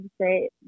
say